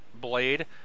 blade